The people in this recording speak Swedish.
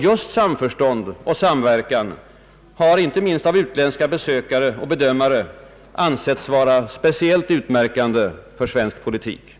Just samförstånd och samverkan har inte minst av utländska besökare och bedömare ansetts vara speciellt utmärkande för svensk politik.